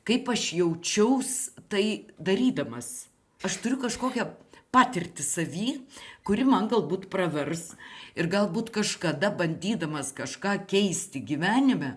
kaip aš jaučiaus tai darydamas aš turiu kažkokią patirtį savy kuri man galbūt pravers ir galbūt kažkada bandydamas kažką keisti gyvenime